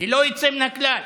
ללא יוצא מן הכלל.